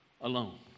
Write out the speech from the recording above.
alone